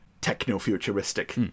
techno-futuristic